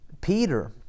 Peter